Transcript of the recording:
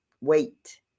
wait